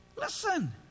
Listen